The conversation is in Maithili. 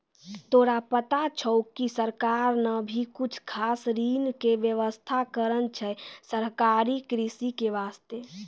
तोरा पता छौं कि सरकार नॅ भी कुछ खास ऋण के व्यवस्था करनॅ छै सहकारी कृषि के वास्तॅ